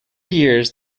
years